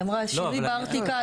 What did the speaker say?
היא אמרה שינוי בארטיקל.